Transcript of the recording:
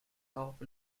health